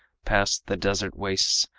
pass the desert wastes,